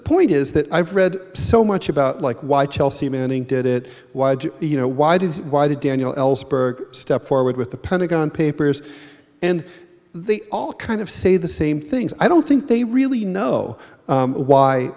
point is that i've read so much about like why chelsea manning did it you know why did why did daniel ellsberg step forward with the pentagon papers and they all kind of say the same things i don't think they really know